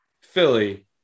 Philly